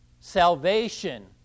Salvation